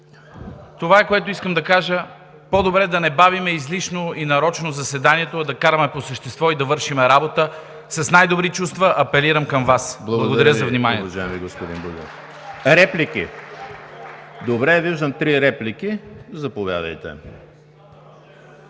Това, което искам да кажа, е: по-добре е да не бавим излишно и нарочно заседанието, а да караме по същество и да вършим работа! С най добри чувства апелирам към Вас! Благодаря за вниманието.